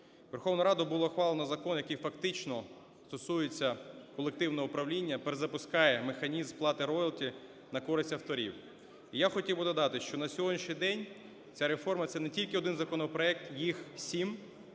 Верховною Радою було ухвалено закон, який фактично стосується колективного управління, перезапускає механізм сплати роялті на користь авторів. І я хотів би додати, що на сьогоднішній день ця реформа - це не тільки один законопроект, їх сім